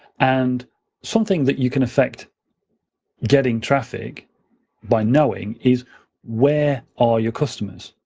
and something that you can affect getting traffic by knowing is where are your customers.